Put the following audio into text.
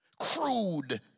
crude